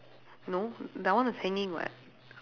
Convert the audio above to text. no that one was hanging what